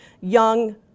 young